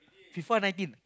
F_I_F_A Nineteen